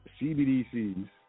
CBDCs